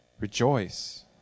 Rejoice